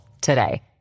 today